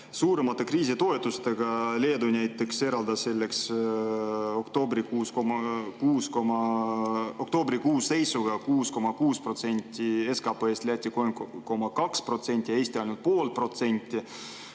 suuremate kriisitoetustega. Leedu näiteks eraldas selleks oktoobrikuu seisuga 6,6% SKT-st, Läti 3,2% ja Eesti ainult 0,5%.